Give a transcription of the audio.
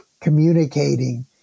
communicating